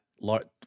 large